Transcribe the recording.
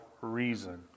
reason